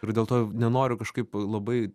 ir dėl to nenoriu kažkaip labai